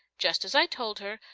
just as i told her,